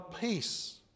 peace